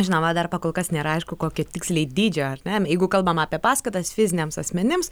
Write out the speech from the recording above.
žinoma dar pakol kas nėra aišku kokio tiksliai dydžio ar ne jeigu kalbam apie paskatas fiziniams asmenims